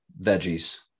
veggies